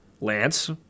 Lance